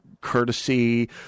courtesy